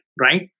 right